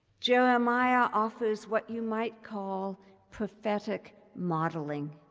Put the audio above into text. jeremiah offers what you might call prophetic modeling.